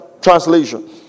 translation